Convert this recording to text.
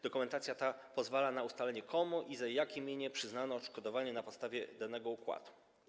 Dokumentacja ta pozwala na ustalenie, komu i za jakie mienie przyznano odszkodowanie na podstawie danego układu.